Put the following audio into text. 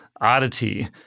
oddity